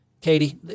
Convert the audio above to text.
Katie